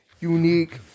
unique